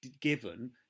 given